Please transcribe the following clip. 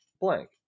blank